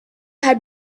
had